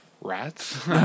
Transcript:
Rats